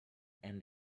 and